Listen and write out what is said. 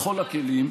בכל הכלים,